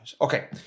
Okay